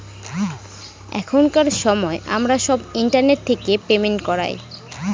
এখনকার সময় আমরা সব ইন্টারনেট থেকে পেমেন্ট করায়